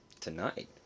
tonight